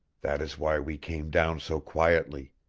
that is why we came down so quietly.